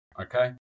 Okay